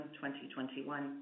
2021